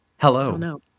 Hello